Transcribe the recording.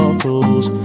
fools